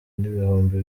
n’ibihumbi